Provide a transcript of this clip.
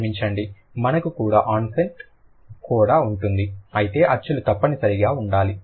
క్షమించండి మనకు కూడా ఆన్సెట్ కోడ ఉంటుంది అయితే అచ్చులు తప్పనిసరిగా ఉండాలి